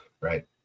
Right